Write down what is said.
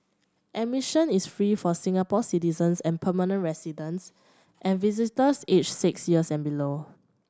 admission is free for Singapore citizens and permanent residents and visitors aged six years and below